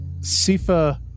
Sifa